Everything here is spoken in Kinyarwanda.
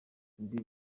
ibi